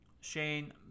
shane